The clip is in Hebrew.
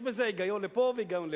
יש בזה היגיון לפה והיגיון לפה,